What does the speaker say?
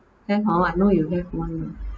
then how I know you have one nah